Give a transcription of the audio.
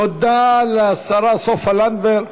תודה לשרה סופה לנדבר.